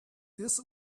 this